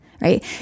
right